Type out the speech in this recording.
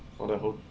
for the whole